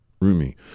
Rumi